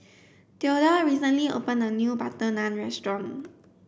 Thedore recently opened a new butter naan restaurant